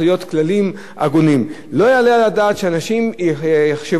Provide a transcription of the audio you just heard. לא יעלה על הדעת שאנשים יחשבו שהם יכולים לעשות היום כסף קל.